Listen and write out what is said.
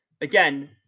Again